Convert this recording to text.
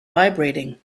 vibrating